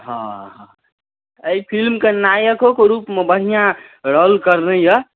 हँ एहि फिलिमके नायकोके रूपमे बढ़िआँ रोल करने अइ